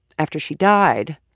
after she died,